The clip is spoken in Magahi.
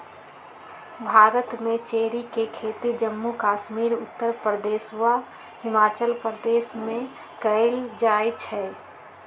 भारत में चेरी के खेती जम्मू कश्मीर उत्तर प्रदेश आ हिमाचल प्रदेश में कएल जाई छई